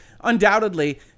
Undoubtedly